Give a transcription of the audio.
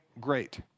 great